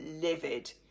livid